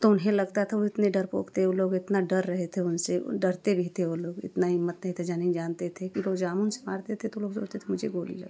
तो उन्हें लगता था वह इतने डरपोक थे वह लोग इतना डर रहे थे उनसे डरते भी थे वह लोग इतना हिम्मती थे जा नहीं जानते थे कि वह जामुन से मारते थे तो लोग सोचते थे कि मुझे गोली लग गई